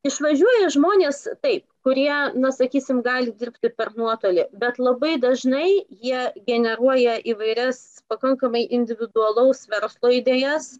išvažiuoja žmonės taip kurie na sakysim gali dirbti per nuotolį bet labai dažnai jie generuoja įvairias pakankamai individualaus verslo idėjas